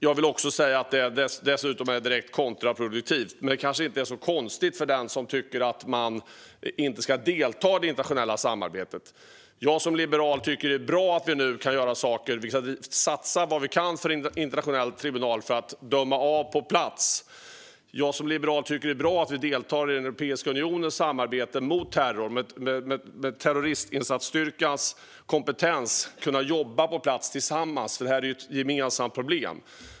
Jag vill också säga att det är direkt kontraproduktivt. Men det kanske inte är så konstigt för den som tycker att man inte ska delta i det internationella samarbetet. Jag som liberal tycker att det är bra att vi nu kan göra saker tillsammans, till exempel satsa vad vi kan på en internationell tribunal för att döma av på plats. Jag som liberal tycker att det är bra att vi deltar i Europeiska unionens samarbete mot terror för att med terroristinsatsstyrkans kompetens kunna jobba på plats tillsammans. Det här är ju ett gemensamt problem.